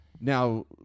Now